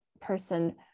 person